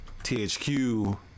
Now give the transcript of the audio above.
THQ